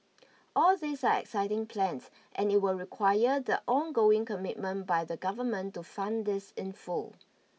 all these are exciting plans and it will require the ongoing commitment by the Government to fund this in full